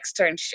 externship